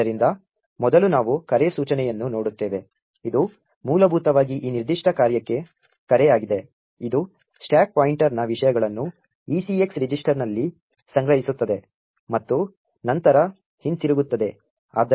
ಆದ್ದರಿಂದ ಮೊದಲು ನಾವು ಕರೆ ಸೂಚನೆಯನ್ನು ನೋಡುತ್ತೇವೆ ಇದು ಮೂಲಭೂತವಾಗಿ ಈ ನಿರ್ದಿಷ್ಟ ಕಾರ್ಯಕ್ಕೆ ಕರೆ ಆಗಿದೆ ಇದು ಸ್ಟಾಕ್ ಪಾಯಿಂಟರ್ನ ವಿಷಯಗಳನ್ನು ECX ರಿಜಿಸ್ಟರ್ನಲ್ಲಿ ಸಂಗ್ರಹಿಸುತ್ತದೆ ಮತ್ತು ನಂತರ ಹಿಂತಿರುಗುತ್ತದೆ